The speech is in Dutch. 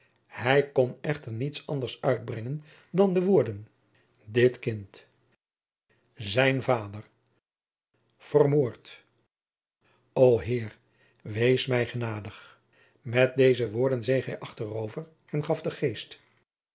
hij kon echter niets anders uitbrengen dan de woorden dit kind zijn vader vermoord o heer wees mij genadig met jacob van lennep de pleegzoon deze woorden zeeg hij achterover en gaf den geest